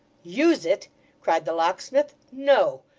use it cried the locksmith. no!